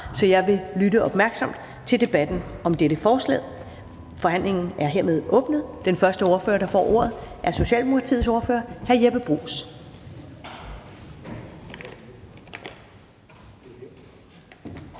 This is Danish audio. så jeg vil lytte opmærksomt til debatten om dette forslag. Forhandlingen er hermed åbnet. Den første ordfører, der får ordet, er Socialdemokratiets ordfører, hr. Jeppe Bruus.